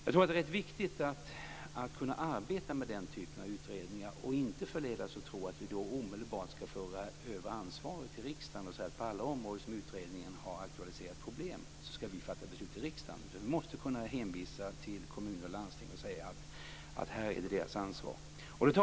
Jag tror att det är viktigt att kunna arbeta med den typen av utredningar utan att förledas att tro att vi omedelbart ska föra över ansvaret till riksdagen, och säga att på alla områden där utredningen har aktualiserat problem ska vi fatta beslut i riksdagen. Vi måste kunna hänvisa till kommuner och landsting och säga att det är deras ansvar.